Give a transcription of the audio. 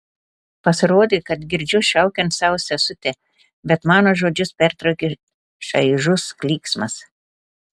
pasirodė kad girdžiu šaukiant savo sesutę bet mano žodžius pertraukia šaižus klyksmas